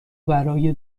برای